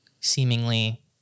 seemingly